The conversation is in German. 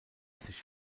sich